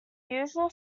usual